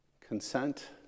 consent